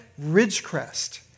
Ridgecrest